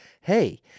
Hey